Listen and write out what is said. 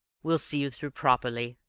we'll see you through properly.